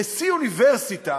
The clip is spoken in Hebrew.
שנשיא אוניברסיטה,